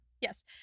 Yes